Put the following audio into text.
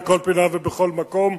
בכל פינה ובכל מקום,